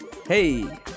Hey